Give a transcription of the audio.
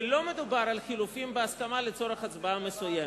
ולא מדובר על חילופים בהסכמה לצורך הצבעה מסוימת.